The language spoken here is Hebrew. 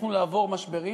הצלחנו לעבור משברים.